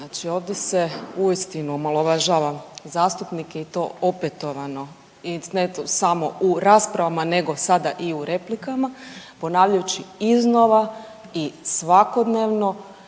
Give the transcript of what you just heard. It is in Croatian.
Znači ovdje se uistinu omalovažava zastupnik i to opetovano i ne samo u raspravama, nego sada i u replikama ponavljajući iznova i svakodnevno